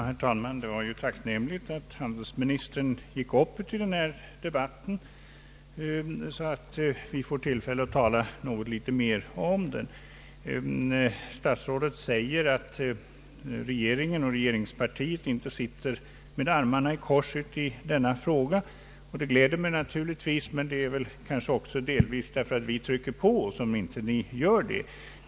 Herr talman! Det var tacknämligt att handelsministern gick upp i debatten, så att vi får tillfälle att tala något litet mer om denna fråga. Statsrådet säger att regeringen och regeringspartiet inte sitter med armarna i kors i denna fråga. Det gläder mig naturligtvis, men det är kanske delvis på grund av att vi trycker på som regeringen inte gör det.